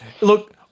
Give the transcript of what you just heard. look